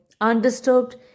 undisturbed